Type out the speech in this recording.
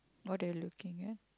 what are you looking at